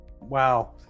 wow